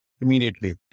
Immediately